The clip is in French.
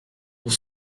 pour